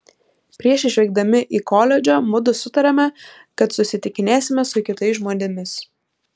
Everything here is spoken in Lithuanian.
prieš išvykdami į koledžą mudu sutarėme kad susitikinėsime su kitais žmonėmis